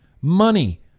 money